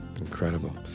Incredible